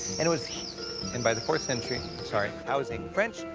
and it was and by the fourth century. sorry. housing french,